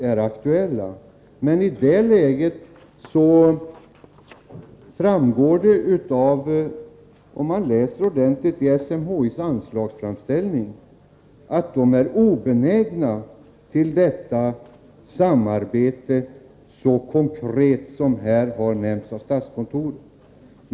Om man läser SMHI:s anslagsframställning ordentligt, finner man att SMHI är obenäget till ett så konkret samarbete som har nämnts av statskontoret.